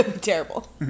Terrible